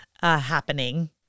happening